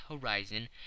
horizon